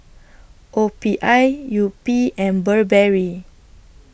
O P I Yupi and Burberry